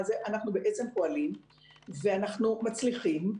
אנחנו פועלים ומצליחים,